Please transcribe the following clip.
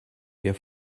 der